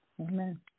Amen